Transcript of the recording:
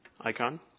icon